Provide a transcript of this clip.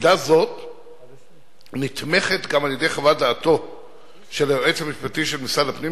עמדה זו נתמכת גם על-ידי חוות דעתו של היועץ המשפטי של משרד הפנים,